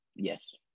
Yes